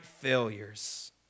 failures